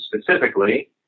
specifically